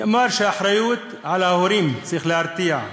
נאמר שהאחריות על ההורים, צריך להרתיע.